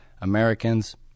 Americans